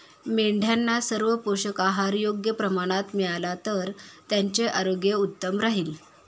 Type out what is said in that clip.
मेंढ्यांना सर्व पोषक आहार योग्य प्रमाणात मिळाला तर त्यांचे आरोग्य उत्तम राहील